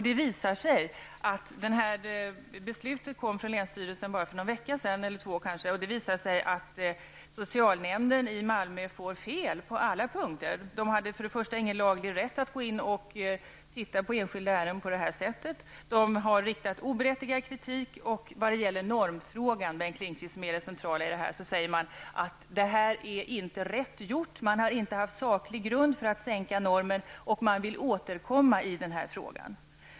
Detta beslut kom från länsstyrelsen för bara någon eller kanske två veckor sedan. Det visar sig att socialnämnden i Malmö har haft fel på alla punkter. De hade ingen laglig rätt att gå in och titta på enskilda ärenden på det här sättet. De har riktat oberättigad kritik. När det gäller normfrågan, som är det centrala i detta, Bengt Lindqvist, säger man att det här är inte rätt gjort. Man har inte haft saklig grund för att sänka normen. Man vill återkomma i den här frågan.